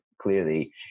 clearly